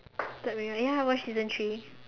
black mirror ya I watch season three